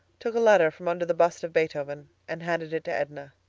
took a letter from under the bust of beethoven and handed it to edna.